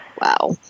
Wow